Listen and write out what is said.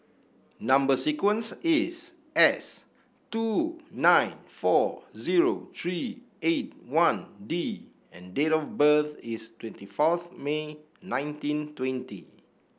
number sequence is S two nine four zero three eight one D and date of birth is twenty fourth May nineteen twenty